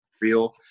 real –